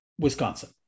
Wisconsin